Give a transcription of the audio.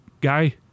guy